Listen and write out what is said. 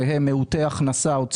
שהם מעוטי הכנסה או צעירים,